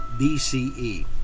BCE